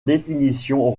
définition